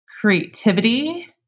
creativity